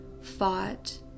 fought